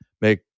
make